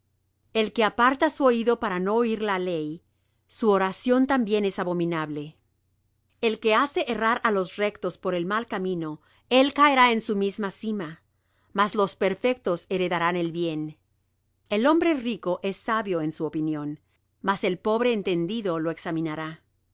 el que aparta su oído para no oir la ley su oración también es abominable el que hace errar á los rectos por el mal camino él caerá en su misma sima mas los perfectos heredarán el bien el hombre rico es sabio en su opinión mas el pobre entendido lo examinará